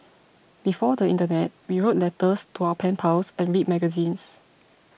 before the internet we wrote letters to our pen pals and read magazines